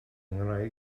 ngwraig